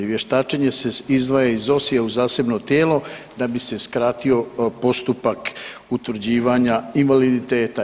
Vještačenje se izdvaja iz Osije u zasebno tijelo da bi se skratio postupak utvrđivanja invaliditete.